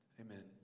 Amen